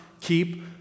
keep